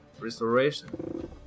Restoration